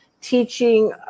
teaching